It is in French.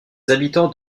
habitants